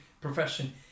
profession